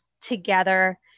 together